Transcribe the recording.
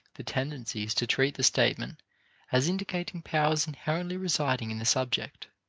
the tendency is to treat the statement as indicating powers inherently residing in the subject,